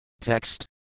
Text